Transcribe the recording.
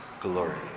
glory